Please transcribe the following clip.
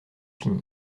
fini